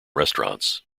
restaurants